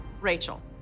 Rachel